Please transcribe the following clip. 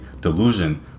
delusion